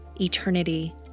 eternity